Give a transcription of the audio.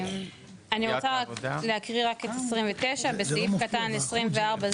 אני רוצה להקריא את הסתייגות 29: "בסעיף קטן 24(ז),